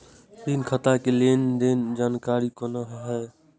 ऋण खाता के लेन देन के जानकारी कोना हैं?